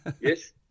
yes